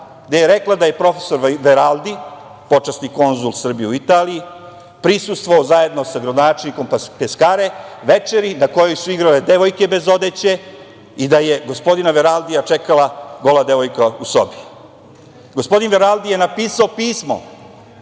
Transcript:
gde je rekla da je prof. Veraldi, počasni konzul Srbije u Italiji, prisustvovao zajedno sa gradonačelnikom Peskare, večeri na kojoj su igrale devojke bez odeće i da je gospodina Veraldija čekala gola devojka u sobi. Gospodin Veraldi je napisao pismo